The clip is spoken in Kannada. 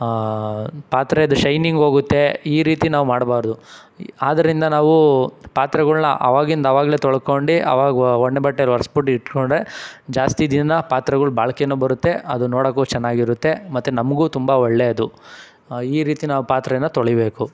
ಪಾತ್ರೆಯದು ಶೈನಿಂಗ್ ಹೋಗುತ್ತೆ ಈ ರೀತಿ ನಾವು ಮಾಡಬಾರ್ದು ಆದ್ದರಿಂದ ನಾವು ಪಾತ್ರೆಗಳ್ನ ಆವಾಗಿಂದು ಆವಾಗಲೇ ತೊಳ್ಕೊಂಡು ಆವಾಗ ಒಣ ಬಟ್ಟೇಲಿ ಒರ್ಸಿ ಬಿಟ್ಟು ಇಟ್ಟುಕೊಂಡ್ರೆ ಜಾಸ್ತಿ ದಿನ ಪಾತ್ರೆಗಳು ಬಾಳಿಕೆನೂ ಬರುತ್ತೆ ಅದು ನೋಡಕ್ಕೂ ಚೆನ್ನಾಗಿ ಇರುತ್ತೆ ಮತ್ತು ನಮಗೂ ತುಂಬ ಒಳ್ಳೆಯದು ಈ ರೀತಿ ನಾವು ಪಾತ್ರೇನ ತೊಳೀಬೇಕು